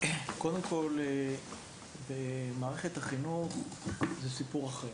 קודם כל, במערכת החינוך זה סיפור אחר,